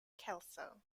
kelso